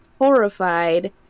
horrified